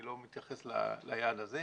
אני לא מתייחס ליעד הזה.